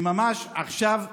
ממש עכשיו,